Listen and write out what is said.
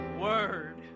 word